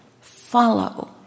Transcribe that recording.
follow